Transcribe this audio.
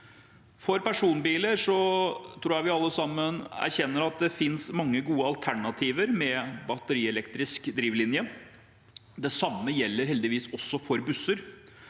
For personbiler tror jeg vi alle sammen erkjenner at det finnes mange gode alternativer med batterielektrisk drivlinje. Det samme gjelder heldigvis også for busser.